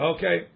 Okay